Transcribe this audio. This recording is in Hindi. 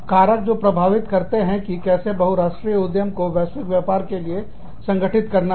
कारक जो प्रभावित करते हैं कि कैसे बहुराष्ट्रीय उद्यम को वैश्विक व्यापार के लिए संगठित करना है